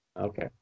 Okay